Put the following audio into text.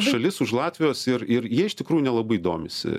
šalis už latvijos ir ir jie iš tikrųjų nelabai domisi